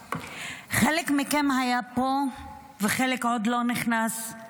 חלק מכם היה פה וחלק עוד לא נכנס לבניין כאשר